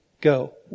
go